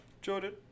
Jordan